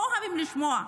לא אוהבים לשמוע.